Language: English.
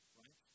right